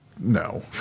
No